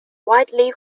widely